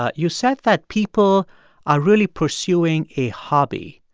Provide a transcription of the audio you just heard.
ah you said that people are really pursuing a hobby.